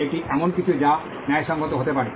এটি এমন কিছু যা ন্যায়সঙ্গত হতে পারে